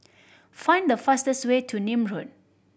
find the fastest way to Nim Road